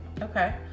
Okay